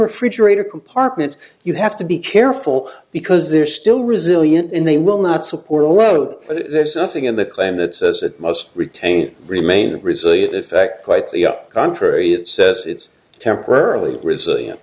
refrigerator compartment you have to be careful because they're still resilient and they will not support erode there's us again the claim that says it must retain remain resilient the fact quite the contrary it says it's temporarily resilient